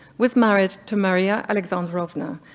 was married to maria alexandrovna,